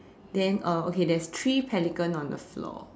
then uh okay there's three pelican on the floor